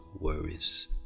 worries